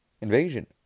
invasion